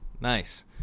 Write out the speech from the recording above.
nice